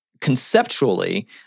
conceptually